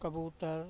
कबूतर